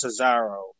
Cesaro